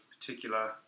particular